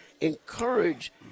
encourage